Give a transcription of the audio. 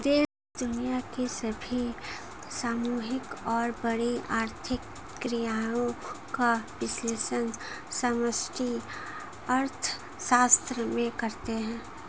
देश दुनिया की सभी सामूहिक और बड़ी आर्थिक क्रियाओं का विश्लेषण समष्टि अर्थशास्त्र में करते हैं